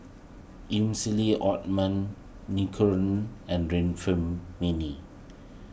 Emulsying Ointment and